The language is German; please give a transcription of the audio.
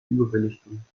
überbelichtung